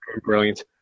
brilliant